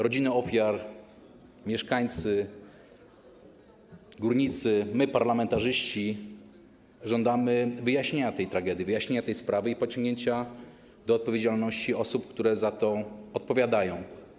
Rodziny ofiar, mieszkańcy, górnicy, my, parlamentarzyści, żądamy wyjaśnienia tej tragedii, wyjaśnienia tej sprawy i pociągnięcia do odpowiedzialności osób, które za to odpowiadają.